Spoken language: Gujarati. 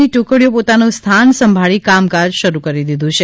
ની ટુકડીઓ પોતાનુ સ્થાન સંભાળી કામકાજ શરૂ કરી દીધુ છે